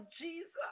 Jesus